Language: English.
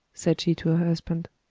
said she to her husband.